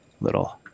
little